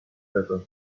treasure